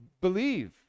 believe